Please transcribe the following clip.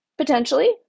Potentially